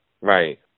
Right